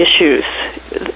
issues